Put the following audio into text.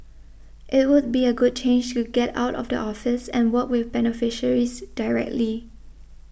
it would be a good change to get out of the office and work with beneficiaries directly